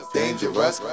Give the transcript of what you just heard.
dangerous